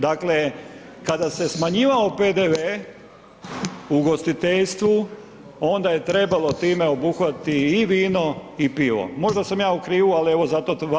Dakle, kada se smanjivao PDV u ugostiteljstvu onda je trebalo time obuhvatiti i vino i pivo, možda sam ja u krivu, ali evo zato vas pitam.